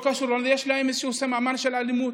שיש להם איזשהו סממן של אלימות.